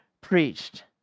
preached